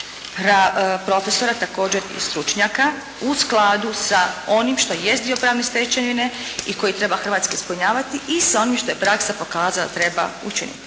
profesora također i stručnjaka, u skladu sa onim što i jest dio pravne stečevine i koji treba Hrvatska ispunjavati i sa onim što je praksa pokazala da treba učiniti.